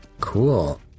cool